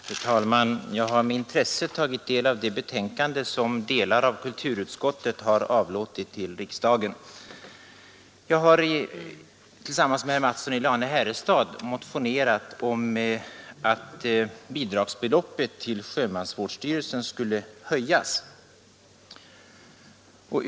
Fru talman! Jag har med intresse tagit del av detta betänkande som delar av kulturutskottet har avlåtit till riksdagen. Tillsammans med herr Mattsson i Lane-Herrestad har jag motionerat om att bidragsbeloppet till sjömansvårdsstyrelsen för avlöning av sjömansprästerna måtte höjas.